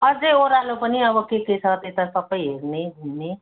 अझै ओह्रालो पनि अब के के छ त्यता सबै हेर्ने घुम्ने